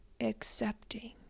Accepting